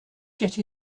get